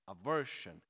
aversion